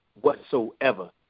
whatsoever